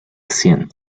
cien